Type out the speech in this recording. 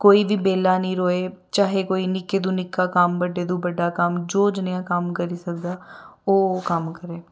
कोई बी बेह्ला नेईं रोहै चाहे कोई निक्के तू निक्का बड्डे तो बड्डा कम्म जो जनेहा कम्म करी सकदा ओह् ओह् कम्म करै